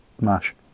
mash